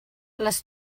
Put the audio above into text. les